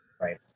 Right